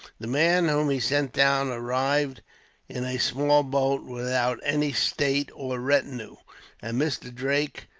the man whom he sent down arrived in a small boat, without any state or retinue and mr. drake,